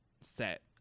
set